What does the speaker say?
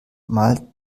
mal